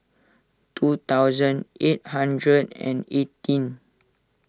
two thousand eight hundred and eighteen